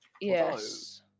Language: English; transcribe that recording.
Yes